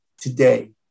today